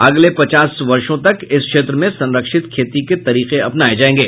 अगले पचास वर्षो तक इस क्षेत्र में संरक्षित खेती के तरीके अपनाये जायेंगे